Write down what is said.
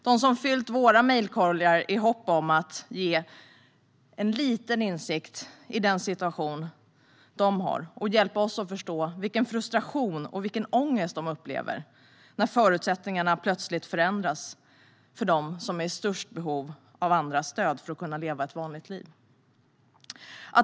De har fyllt våra mejlkorgar i hopp om att ge oss en liten insikt om den situation de har och för att hjälpa oss att förstå vilken frustration och vilken ångest de upplever när förutsättningarna plötsligt förändras för dem som är i störst behov av andras stöd för att kunna leva ett vanligt liv.